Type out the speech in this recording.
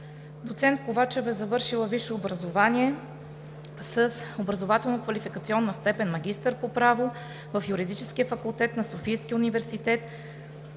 Доцент Ковачева е завършила висше образование с образователно-квалификационна степен „магистър по право“ в Юридическия факултет на Софийския университет,